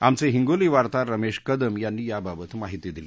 आमचे हिंगोली वार्ताहर रमेश कदम यांनी याबाबत माहिती दिली